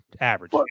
average